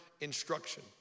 instruction